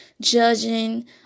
judging